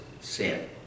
sin